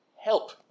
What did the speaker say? help